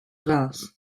reims